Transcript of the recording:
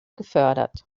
gefördert